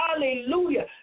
Hallelujah